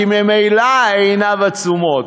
כי ממילא עיניו עצומות.